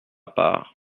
part